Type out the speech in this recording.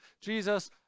Jesus